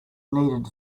needed